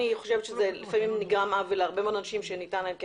חושבת שהרבה פעמים נגרם עוול לאנשים שניתן להם כסף,